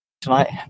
tonight